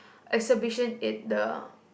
exhibition at the